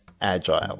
Agile